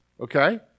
okay